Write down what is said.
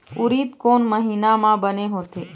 उरीद कोन महीना म बने होथे?